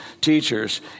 teachers